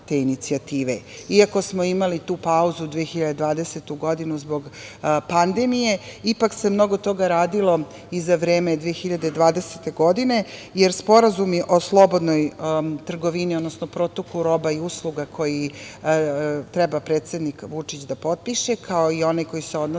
smo imali tu pauzu u 2020. godini zbog pandemije, ipak se mnogo toga radilo i za vreme 2020. godine, jer sporazumi o slobodnoj trgovini, odnosno protoku roba i usluga koji treba predsednik Vučić da potpiše, kao i oni koji se odnose na